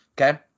Okay